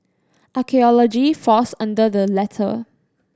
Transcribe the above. archaeology falls under the latter